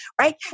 right